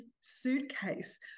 suitcase